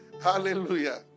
Hallelujah